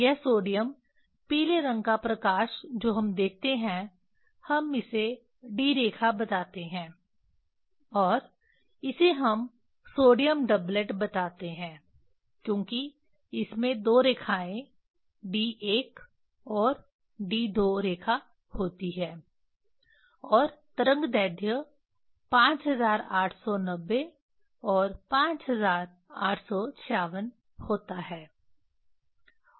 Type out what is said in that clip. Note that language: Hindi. यह सोडियम पीले रंग का प्रकाश जो हम देखते हैं हम इसे D रेखा बताते हैं और इसे हम सोडियम डबलट बताते हैं क्योंकि इसमें दो रेखाएं D 1 और D 2 रेखा होती है और तरंगदैर्ध्य 5890 और 5896 होता है